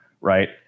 right